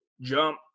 jump